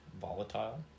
Volatile